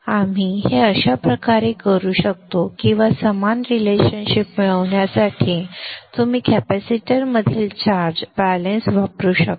आपण हे अशा प्रकारे करू शकतो किंवा समान रिलेशनशिप मिळविण्यासाठी तुम्ही कॅपेसिटरमधील चार्ज संदर्भ वेळ 1201 बॅलेन्स वापरू शकता